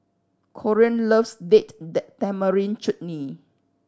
Corean loves Date Tamarind Chutney